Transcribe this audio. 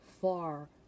far